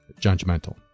judgmental